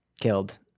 killed